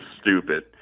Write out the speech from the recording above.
stupid